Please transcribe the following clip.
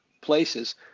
places